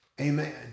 Amen